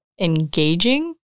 engaging